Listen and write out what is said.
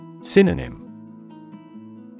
Synonym